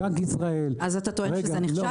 בנק ישראל --- אז אתה טוען שזה נכשל?